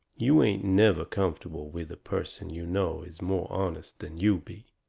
you ain't never comfortable with a person you know is more honest than you be.